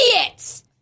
idiots